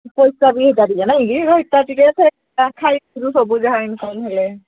ପଇସା ବି ହେଇଟା ଟିକେ ନାହିଁ ରଟା ଟିକେ ସେ ଖାଇବା ପିଇବା ସବୁ ଯାହା ଇନକମ୍ ହେଲେ